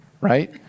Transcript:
right